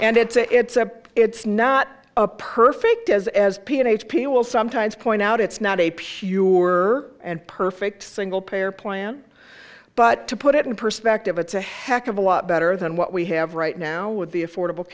and it's a it's a it's not a perfect as as p h p will sometimes point out it's not a pure and perfect single payer plan but to put it in perspective it's a heck of a lot better than what we have right now with the affordable